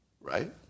Right